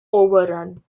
overrun